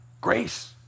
grace